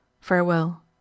Farewell